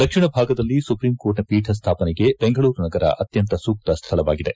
ದಕ್ಷಿಣ ಭಾಗದಲ್ಲಿ ಸುಪ್ರೀಂ ಕೋರ್ಟ್ನ ಪೀಠ ಸ್ಥಾಪನೆಗೆ ಬೆಂಗಳೂರು ನಗರ ಅತ್ಕಂತ ಸೂಕ್ತ ಸ್ಥಳವಾಗಿದೆ